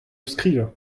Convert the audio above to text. skrivañ